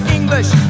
English